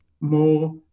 more